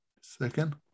second